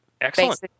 Excellent